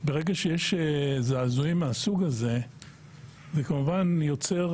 ברגע שיש זעזועים מהסוג הזה זה כמובן יוצר